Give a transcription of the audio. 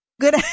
Good